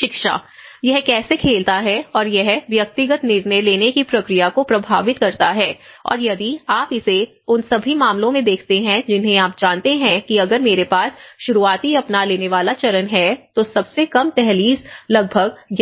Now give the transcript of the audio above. शिक्षा यह कैसे खेलता है और यह व्यक्तिगत निर्णय लेने की प्रक्रिया को प्रभावित करता है और यदि आप इसे उन सभी मामलों में देखते हैं जिन्हें आप जानते हैं कि हमारे पास शुरुआती अपना लेने वाला चरण है तो सबसे कम दहलीज लगभग